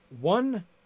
one